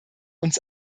uns